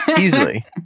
Easily